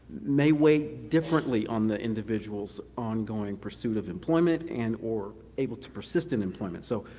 may weigh differently on the individual's ongoing pursuit of employment and or able to persist in employment. so,